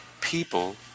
people